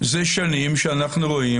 זה שנים שאנחנו רואים